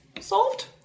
solved